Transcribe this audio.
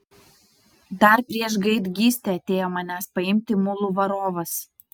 dar prieš gaidgystę atėjo manęs paimti mulų varovas